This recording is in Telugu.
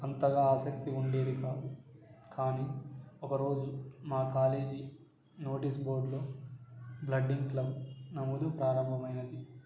అంతగా ఆసక్తి ఉండేది కాదు కానీ ఒకరోజు మా కాలేజీ నోటిస్ బోర్డులో బర్డింగ్ క్లబ్ నమోదు ప్రారంభమైనది